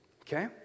Okay